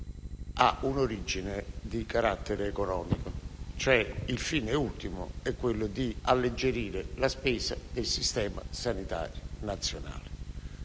ha un'origine di carattere economico: il fine ultimo è quello di alleggerire la spesa del sistema sanitario nazionale.